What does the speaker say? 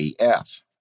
AF